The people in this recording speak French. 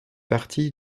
partie